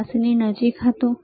86 ની નજીક હતું